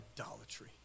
idolatry